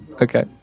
Okay